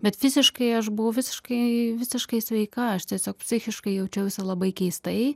bet fiziškai aš buvau visiškai visiškai sveika aš tiesiog psichiškai jaučiausi labai keistai